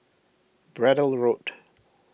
Braddell Road